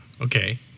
Okay